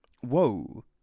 whoa